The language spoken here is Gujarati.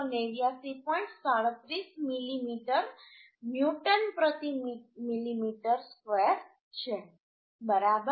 37 મિલીમીટર ન્યૂટન પ્રતિ મિલિમીટર ²છે બરાબર